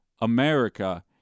America